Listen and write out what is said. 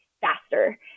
faster